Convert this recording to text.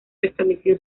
restablecido